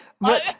But-